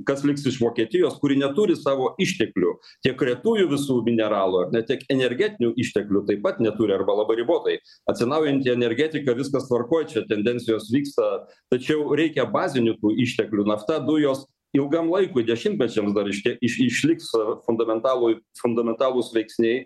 kas liks iš vokietijos kuri neturi savo išteklių tiek retųjų visų mineralų ar ne tiek energetinių išteklių taip pat neturi arba labai ribotai atsinaujinti energetika viskas tvarkoj čia tendencijos vyksta tačiau reikia bazinių tų išteklių nafta dujos ilgam laikui dešimtmečiams dar reiškia iš išliks fundamentalui fundamentalūs veiksniai